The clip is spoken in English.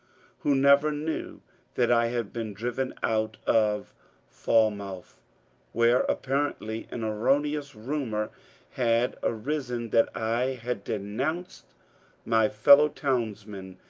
who never knew that i had been driven out of falmouth, where, apparently, an erroneous rumour had arisen that i had denounced my fellow townsmen.